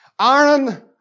Aaron